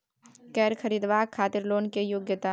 कैर खरीदवाक खातिर लोन के योग्यता?